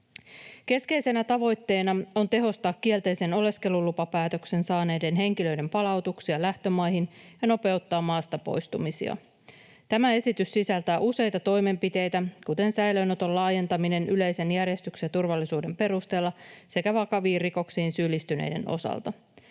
Keskeisenä tavoitteena on tehostaa kielteisen oleskelulupapäätöksen saaneiden henkilöiden palautuksia lähtömaihin ja nopeuttaa maasta poistumisia. Tämä esitys sisältää useita toimenpiteitä, kuten säilöönoton laajentamisen yleisen järjestyksen ja turvallisuuden perusteella sekä vakaviin rikoksiin syyllistyneiden osalta.